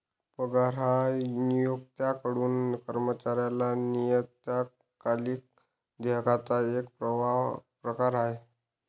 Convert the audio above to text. पगार हा नियोक्त्याकडून कर्मचाऱ्याला नियतकालिक देयकाचा एक प्रकार आहे